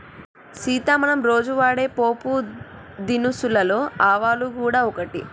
సీత మనం రోజు వాడే పోపు దినుసులలో ఆవాలు గూడ ఒకటి